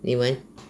你们